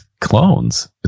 clones